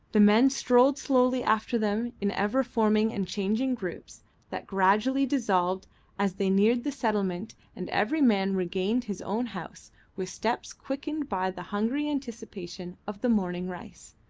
the men strolled slowly after them in ever forming and changing groups that gradually dissolved as they neared the settlement and every man regained his own house with steps quickened by the hungry anticipation of the morning rice.